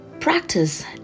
Practice